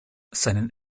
seinen